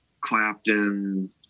Clapton